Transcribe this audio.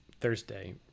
Thursday